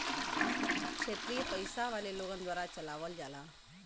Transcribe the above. क्षेत्रिय पइसा वाले लोगन द्वारा चलावल जाला